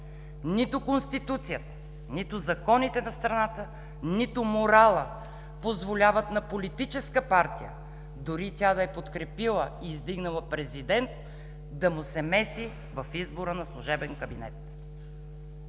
нито Конституцията, нито законите на страната, нито моралът позволяват на политическа партия, дори тя да е подкрепила и издигнала президента, да му се меси в избора на служебен кабинет.